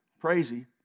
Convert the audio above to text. crazy